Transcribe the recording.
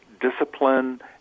discipline